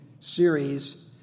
Series